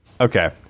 Okay